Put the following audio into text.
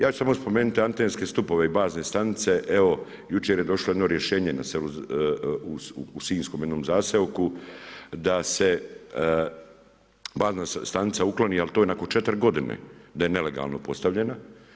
Ja ću samo spomenuti antenske stupove i bazne stanice, evo, jučer je došlo jedno rješenje na selu, u sinjskom jednom zaselku da se bazna stanica ukloni, ali to je nakon 4 g. da je nelegalno postavljena.